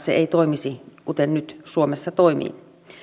se ei toimisi kuten se nyt suomessa toimii